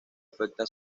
afecta